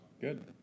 Good